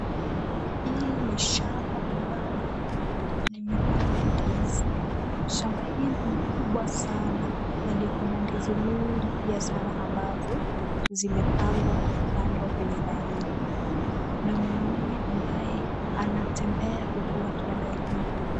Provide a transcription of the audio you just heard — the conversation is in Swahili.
Hili ni shamba ambalo limepandwa ndizi. Shamba hili ni kubwa sana, na liko na ndizi mingi pia sana ambazo zimepangwa na kupandwa kwenye laini. Kuna mwanaume ambaye anatembea huku akiangalia.